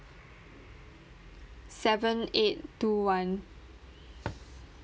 seven eight two one